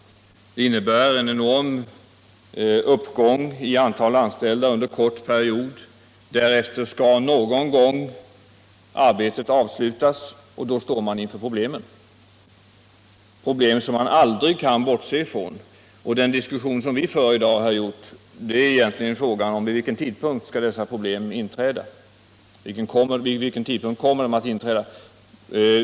Den innebär en enorm uppgång i antalet anställda under en kort period. Därefter skall arbetet någon gång avslutas, och då står man inför problemen — problem som man aldrig kan bortse från. Den diskussion som vi för här i dag, herr Hjorth, rör egentligen frågan om vid vilken tidpunkt dessa problem kommer att inträda.